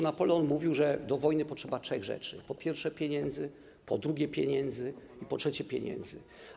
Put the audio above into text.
Napoleon mówił, że do wojny potrzeba trzech rzeczy: po pierwsze, pieniędzy, po drugie, pieniędzy i po trzecie, pieniędzy.